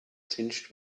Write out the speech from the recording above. tinged